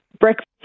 Breakfast